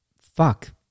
Fuck